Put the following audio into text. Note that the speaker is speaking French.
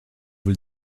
vous